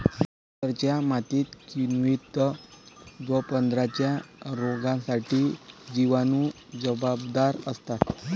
पाश्चरच्या मते, किण्वित द्रवपदार्थांच्या रोगांसाठी जिवाणू जबाबदार असतात